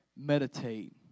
meditate